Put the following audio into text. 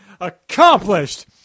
accomplished